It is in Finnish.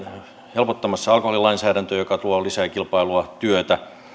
helpottamassa alkoholilainsäädäntöä mikä tuo lisää kilpailua työtä